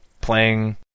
playing